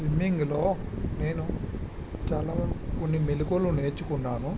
swimming లో నేను చాల వరకు కొన్ని మెళకువలు నేర్చుకున్నాను